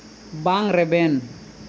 ᱵᱟᱝ ᱨᱮᱵᱮᱱ